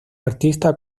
artista